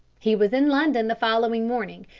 he was in london the following morning,